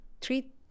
treat